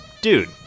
dude